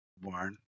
Born